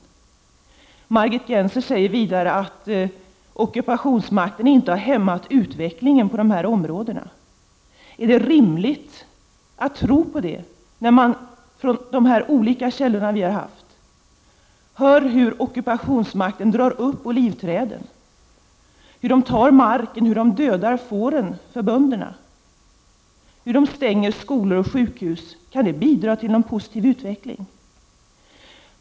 Vidare säger Margit Gennser att ockupationsmakten inte har hämmat utvecklingen i de här områdena. Är det rimligt att tro på det när man hör från de olika källorna hur ockupationsmakten drar upp olivträd, att man tar marken, att man dödar böndernas får och att man stänger skolor och sjukhus? Kan sådant bidra till en positiv utveckling?